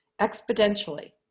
exponentially